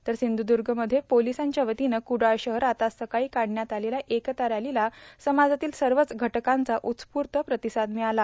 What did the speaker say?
तर संधुद्ग पोलिसांच्या वतीने क्डाळ शहरात आज सकाळी काढण्यात आलेल्या एकता रॅलॉला समाजातील सवच घटकांचा उत्स्फूत आाण अलोट प्रांतसाद मिळाला